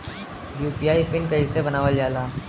UPI PIN कइसे बनावल जाला?